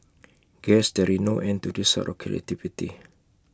guess there is no end to this sort of creativity